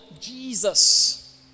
Jesus